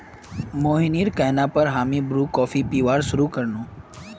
मोहिनीर कहना पर हामी ब्रू कॉफी पीबार शुरू कर नु